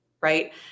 Right